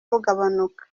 bugabanuka